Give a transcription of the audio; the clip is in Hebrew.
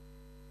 נפסקה בשעה